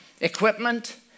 equipment